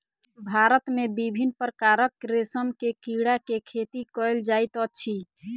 भारत मे विभिन्न प्रकारक रेशम के कीड़ा के खेती कयल जाइत अछि